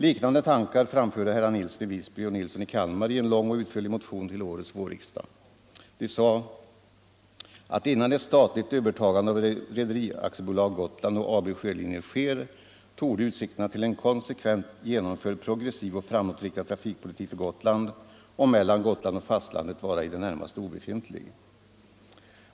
Liknande tankar framförde herrar Nilsson i Visby och Nilsson i Kalmar i en lång och utförlig motion till årets vårriksdag. De sade att innan ett statligt övertagande av Rederi AB Gotland och AB Sjölinjer sker torde utsikterna till en konsekvent genomförd progressiv och framåtriktad trafikpolitik för Gotland och mellan Gotland och fastlandet vara i det närmaste obefintlig.